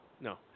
No